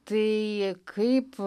tai kaip